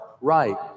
right